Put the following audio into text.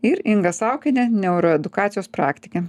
ir inga saukienė neuro edukacijos praktikė